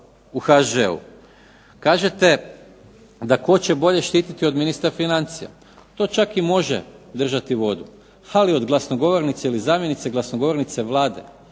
u HŽ-u. Kažete da tko će bolje štititi od ministra financija. To čak i može držati vodu. Ali od glasnogovornice ili zamjenice glasnogovornice Vlade